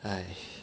!hais!